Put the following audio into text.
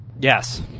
Yes